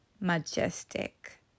majestic